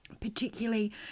particularly